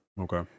Okay